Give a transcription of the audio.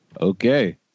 okay